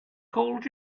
called